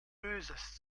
böses